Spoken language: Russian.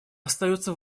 остается